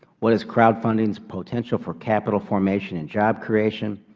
what is crowdfunding's potential for capital formation and job creation?